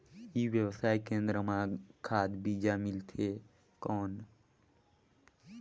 ई व्यवसाय केंद्र मां खाद बीजा मिलथे कौन?